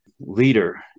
leader